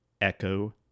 Echo